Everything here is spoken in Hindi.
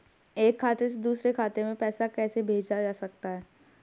एक खाते से दूसरे खाते में पैसा कैसे भेजा जा सकता है?